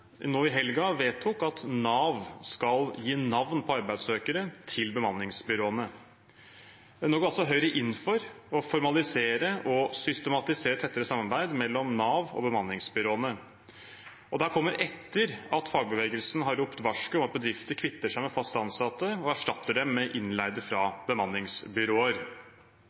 nå i helgen vedtok at Nav skal gi navn på arbeidssøkere til bemanningsbyråene. Nå går altså Høyre inn for å formalisere og systematisere tettere samarbeid mellom Nav og bemanningsbyråene, og dette kommer etter at fagbevegelsen har ropt varsko om at bedrifter kvitter seg med fast ansatte og erstatter dem med innleide fra bemanningsbyråer. Det Høyre har vedtatt, vil i praksis øke bruken av bemanningsbyråer